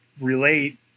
relate